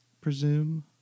presume